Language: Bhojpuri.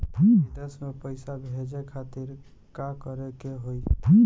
विदेश मे पैसा भेजे खातिर का करे के होयी?